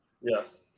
Yes